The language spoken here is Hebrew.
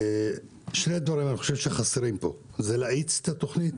שני דברים חסרים פה: להאיץ את התוכנית,